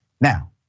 Now